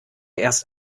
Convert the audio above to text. erst